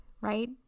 right